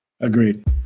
Agreed